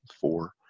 four